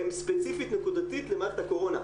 הם ספציפית, נקודתית למערכת הקורונה.